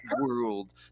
world